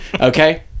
okay